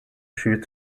shoot